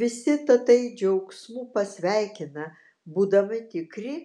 visi tatai džiaugsmu pasveikina būdami tikri